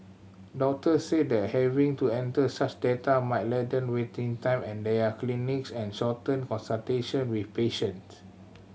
doctors said that having to enter such data might lengthen waiting time and their clinics and shorten consultation with patients